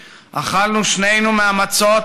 ושנינו אכלנו מהמצות